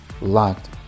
locked